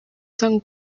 san